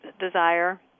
desire